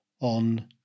on